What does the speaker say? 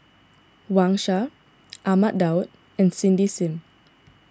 Wang Sha Ahmad Daud and Cindy Sim